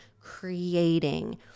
creating